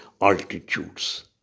altitudes